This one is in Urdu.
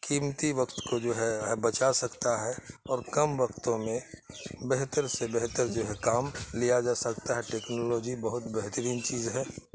قیمتی وقت کو جو ہے ہے بچا سکتا ہے اور کم وقتوں میں بہتر سے بہتر جو ہے کام لیا جا سکتا ہے ٹیکنالوجی بہت بہترین چیز ہے